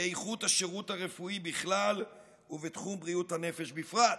באיכות השירות הרפואי בכלל ובתחום בריאות הנפש בפרט.